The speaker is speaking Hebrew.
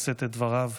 לשאת את דבריו.